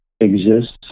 exists